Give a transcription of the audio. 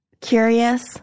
curious